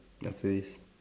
after this